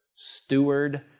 Steward